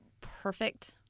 perfect